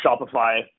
Shopify